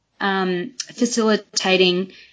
facilitating